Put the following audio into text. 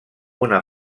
una